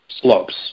slopes